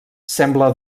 sembla